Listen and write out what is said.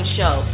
Show